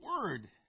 word